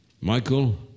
Michael